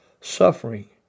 suffering